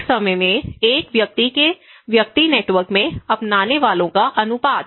एक समय में एक व्यक्ति के व्यक्ति नेटवर्क में अपनाने वालों का अनुपात